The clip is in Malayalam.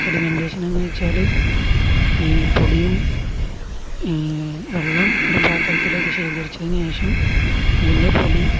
സെഡിമെന്റേഷനെന്നുവച്ചാല് ഈ പൊടിയും വെള്ളം ഒരു പാത്രത്തിലേക്കു ശേഖരിച്ചതിനുശേഷം അതിൻ്റെ പൊടിയും